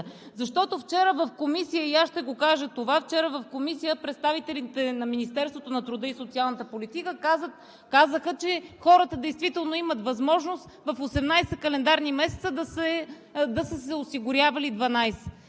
Защото вчера в Комисията – и аз ще го кажа това, представителите на Министерството на труда и социалната политика казаха, че хората действително имат възможност в 18 календарни месеца да се осигуряват 12